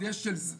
יש המון.